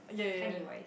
Pennywise